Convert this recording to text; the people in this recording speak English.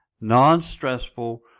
non-stressful